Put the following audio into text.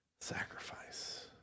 sacrifice